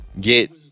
get